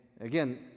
again